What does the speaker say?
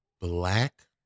black